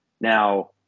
Now